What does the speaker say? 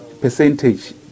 percentage